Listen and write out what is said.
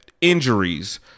injuries